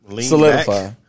Solidify